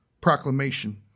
proclamation